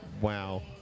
Wow